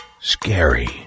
Scary